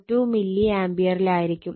42 milliampere ആയിരിക്കും